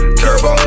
turbo